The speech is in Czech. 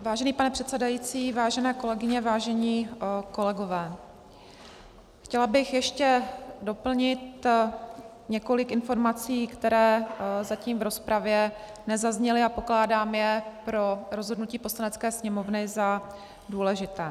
Vážený pane předsedající, vážené kolegyně, vážení kolegové, chtěla bych ještě doplnit několik informací, které zatím v rozpravě nezazněly a pokládám je pro rozhodnutí Poslanecké sněmovny za důležité.